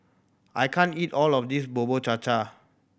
I can't eat all of this Bubur Cha Cha